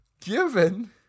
Given